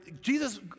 Jesus